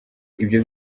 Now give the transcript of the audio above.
ibyo